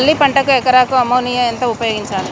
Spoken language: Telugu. పల్లి పంటకు ఎకరాకు అమోనియా ఎంత ఉపయోగించాలి?